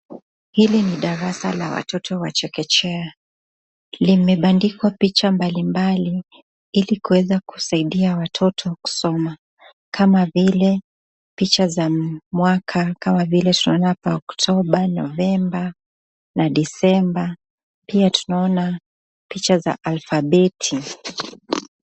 Hili ni darasa la watoto wa chekechea. Limebandikwa picha mbalimbali ili kuweza kusaidia watoto kusoma kama vile picha za mwaka kama vile tunaona hapa October, November na December. Pia tunaona picha za alfabeti.